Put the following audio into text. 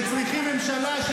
שצריכים ממשלה,